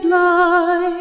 light